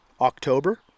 October